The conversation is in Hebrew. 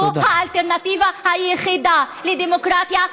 זאת האלטרנטיבה היחידה של דמוקרטיה,